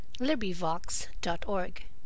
LibriVox.org